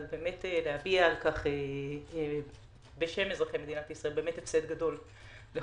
אבל באמת להביע על כך בשם אזרחי מדינת ישראל שמדובר בהפסד גדול לכולנו,